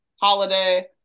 Holiday